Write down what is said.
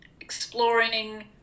exploring